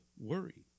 worry